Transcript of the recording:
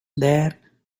there